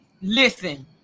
listen